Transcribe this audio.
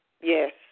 Yes